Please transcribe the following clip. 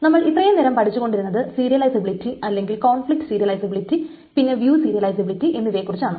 നമ്മൾ ഇത്രയും നേരം പഠിച്ചുകൊണ്ടിരുന്നത് സീരിയലിസബിലിറ്റി അല്ലെങ്കിൽ കോൺഫ്ലിക്റ്റ് സീരിയലിസബിലിറ്റി പിന്നെ വ്യൂ സീരിയലിസബിലിറ്റി എന്നിവയെക്കുറിച്ചാണ്